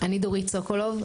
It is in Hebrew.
אני דורית סוקולוב,